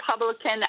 Republican